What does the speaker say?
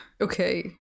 Okay